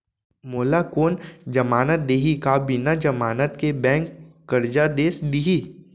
मोला कोन जमानत देहि का बिना जमानत के बैंक करजा दे दिही?